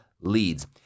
leads